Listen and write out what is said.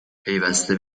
پیوسته